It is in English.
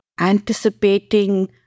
anticipating